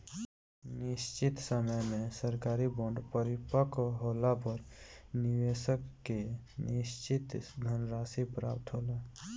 निशचित समय में सरकारी बॉन्ड परिपक्व होला पर निबेसक के निसचित धनराशि प्राप्त होला